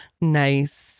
nice